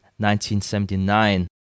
1979